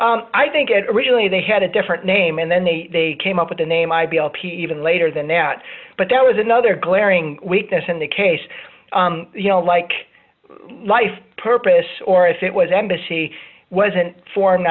one i think it originally they had a different name and then they came up with the name i b l p even later than that but that was another glaring weakness in the case you know like life purpose or if it was embassy wasn't for no